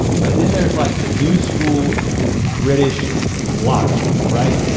but then there's like the new school british vlogger, right?